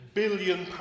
billion